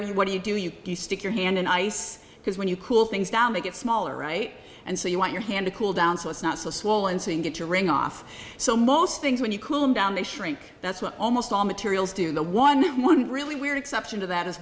there what do you do you stick your hand in ice because when you cool things down they get smaller right and so you want your hand to cool down so it's not so swollen saying get your ring off so most things when you cool them down they shrink that's what almost all materials do the one wouldn't really weird exception to that is